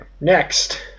Next